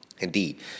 Indeed